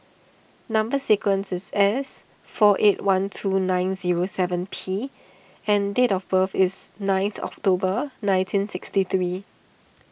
Number Sequence is S four eight one two nine zero seven P and date of birth is ninth October nineteen sixty three